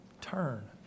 turn